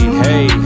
hey